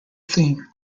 theme